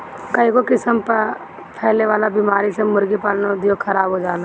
कईगो किसिम कअ फैले वाला बीमारी से मुर्गी पालन उद्योग खराब हो जाला